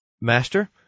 Master